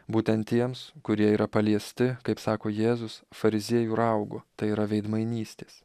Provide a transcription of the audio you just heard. būtent tiems kurie yra paliesti kaip sako jėzus fariziejų raugo tai yra veidmainystės